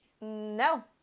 No